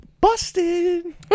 busted